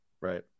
Right